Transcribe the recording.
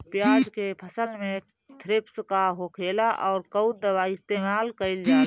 प्याज के फसल में थ्रिप्स का होखेला और कउन दवाई इस्तेमाल कईल जाला?